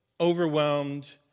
overwhelmed